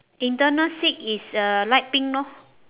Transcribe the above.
internal seat is uh light pink lor